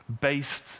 based